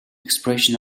expression